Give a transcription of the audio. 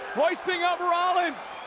hoisting up rollins.